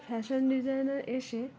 fashion designer এসে